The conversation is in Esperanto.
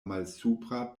malsupra